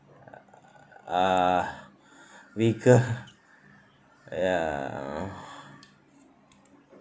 uh vehicle ya